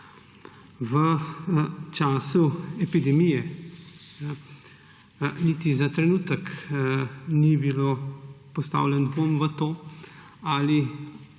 V času epidemije niti za trenutek ni bilo postavljen dvom v to, ali